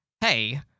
Hey